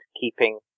keeping